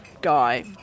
guy